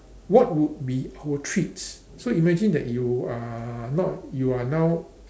what would be our treats so imagine that you are not you are now